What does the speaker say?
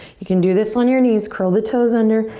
you can do this on your knees. curl the toes under.